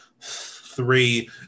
three